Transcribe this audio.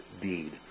deed